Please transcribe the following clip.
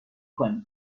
کنی